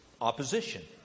opposition